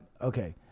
okay